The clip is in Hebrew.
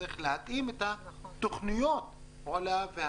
צריך להתאים את תוכניות הפעולה -- נכון.